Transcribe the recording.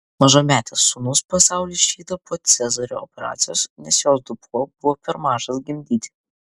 mažametės sūnus pasaulį išvydo po cezario operacijos nes jos dubuo buvo per mažas gimdyti